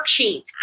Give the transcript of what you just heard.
worksheet